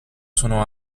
sono